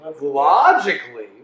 logically